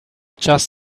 just